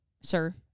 Sir